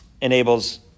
enables